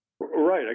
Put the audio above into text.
Right